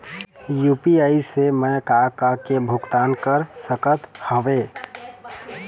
UPI से मैं का का के भुगतान कर सकत हावे?